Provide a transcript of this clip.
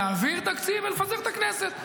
להעביר תקציב ולפזר את הכנסת.